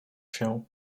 się